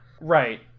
Right